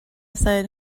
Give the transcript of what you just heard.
side